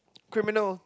criminal